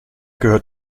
gehört